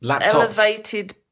elevated